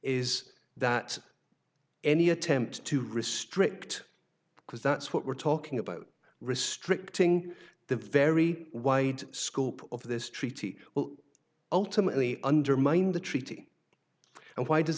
is that any attempt to restrict because that's what we're talking about restricting the very wide scope of this treaty will ultimately undermine the treaty and why does